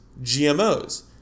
GMOs